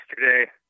yesterday